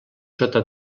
sota